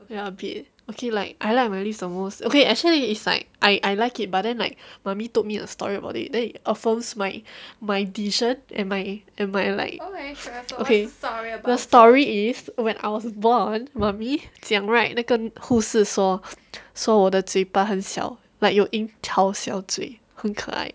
ya a bit okay like I like my lips the most okay actually is like I I like it but then like mummy told me a story about it then it affirms my my decision and my and my like okay story is when I was born mummy 讲 right 那个护士说说我的嘴巴很小 like 英超小嘴很可爱